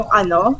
ano